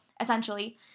essentially